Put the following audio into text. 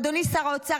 אדוני שר האוצר,